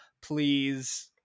please